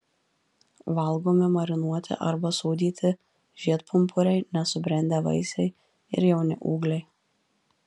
valgomi marinuoti arba sūdyti žiedpumpuriai nesubrendę vaisiai ir jauni ūgliai